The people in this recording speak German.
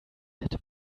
hätte